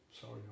sorry